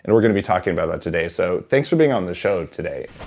and we're gonna be talking about that today so, thanks for being on the show today,